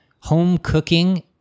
home-cooking